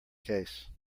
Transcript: case